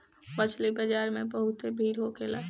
मछरी बाजार में बहुते भीड़ होखेला